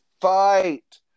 fight